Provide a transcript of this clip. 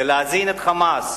זה להזין את "חמאס"